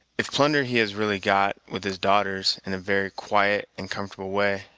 if plunder he has really got, with his darters, in a very quiet and comfortable way,